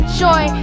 joy